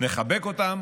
נחבק אותם